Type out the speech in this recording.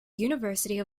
university